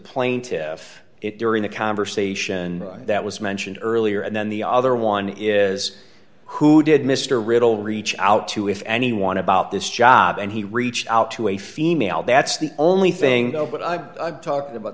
plaintiff's it during the conversation that was mentioned earlier and then the other one is who did mr riddle reach out to if anyone about this job and he reached out to a female that's the only thing a talking about